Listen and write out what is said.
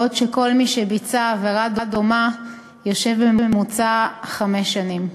בעוד שכל מי שביצע עבירה דומה בארצות-הברית ישב בממוצע חמש שנים.